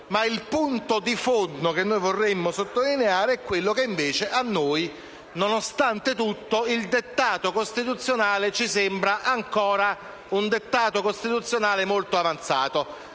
ma il punto di fondo che noi vorremmo sottolineare è quello che invece a noi, nonostante tutto, il dettato costituzionale ci sembra ancora molto avanzato.